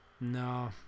No